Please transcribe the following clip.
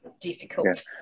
difficult